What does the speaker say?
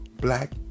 black